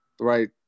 right